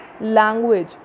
language